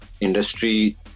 industry